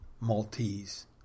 Maltese